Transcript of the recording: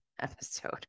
episode